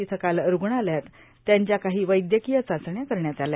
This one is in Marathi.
तिथं काल रूग्णालयात त्यांच्या काही वैद्यकीय चाचण्या करण्यात आल्या